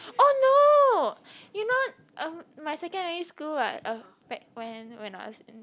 oh no you know um my secondary school right eh back when when I was in